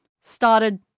started